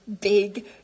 big